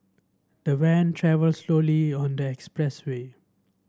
the van travelled slowly on the expressway